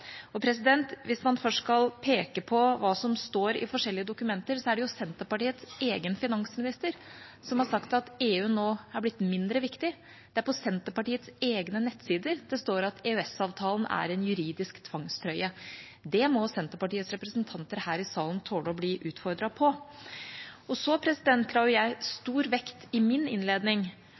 Hvis man først skal peke på hva som står i forskjellige dokumenter, er det jo Senterpartiets egen finansminister som har sagt at EU nå har blitt mindre viktig. Det er på Senterpartiets egne nettsider det står at EØSavtalen er en juridisk tvangstrøye. Det må Senterpartiets representanter her i salen tåle å bli utfordret på. Jeg la i min innledning stor vekt